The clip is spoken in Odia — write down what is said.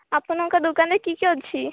ଆପଣଙ୍କ ଦୋକାନରେ କି କି ଅଛି